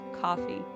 coffee